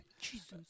jesus